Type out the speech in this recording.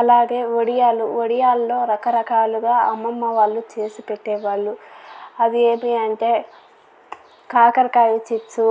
అలాగే వొడియాలు వొడియాలలో రక రకాలుగా అమ్మమ్మవాళ్ళు చేసి పెట్టేవాళ్ళు అవి ఏమి అంటే కాకరకాయ చిప్స్